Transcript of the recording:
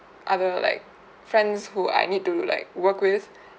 other like friends who I need to look like work with